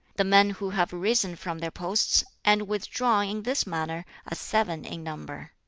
the men who have risen from their posts and withdrawn in this manner are seven in number.